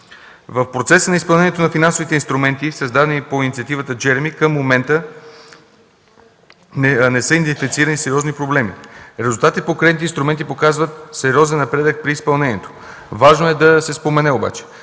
В процеса на изпълнението на финансовите инструменти, създадени по инициативата „Джереми”, към момента не са идентифицирани сериозни проблеми. Резултатите по кредитните инструменти показват сериозен напредък при изпълнението. Важно е да се спомене обаче,